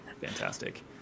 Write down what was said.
fantastic